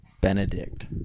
Benedict